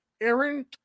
Aaron